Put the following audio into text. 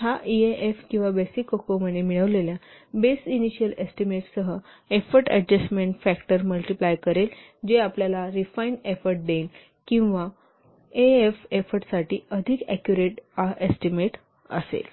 हा ईएएफ किंवा बेसिक कॉकॉमोने मिळवलेल्या बेस इनिशियल एस्टीमेटसह एफोर्ट अडजस्टमेन्ट फॅक्टर मल्टिप्लाय करेल जे आपल्याला रिफाइन एफोर्ट देईल किंवा आह एफोर्टसाठी अधिक ऍक्युरेट आह एस्टीमेट असेल